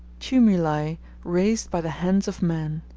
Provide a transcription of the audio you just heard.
tumuli raised by the hands of men.